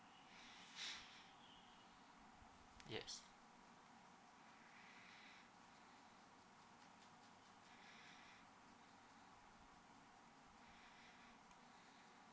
yes